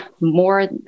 more